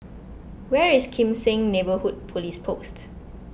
where is Kim Seng Neighbourhood Police Post